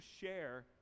share